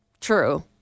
True